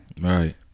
Right